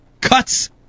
cuts